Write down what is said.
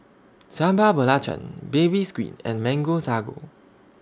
Sambal Belacan Baby Squid and Mango Sago